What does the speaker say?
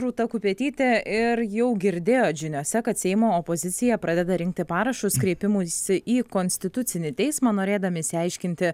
rūta kupetytė ir jau girdėjot žiniose kad seimo opozicija pradeda rinkti parašus kreipimuisi į konstitucinį teismą norėdami išsiaiškinti